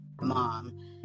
mom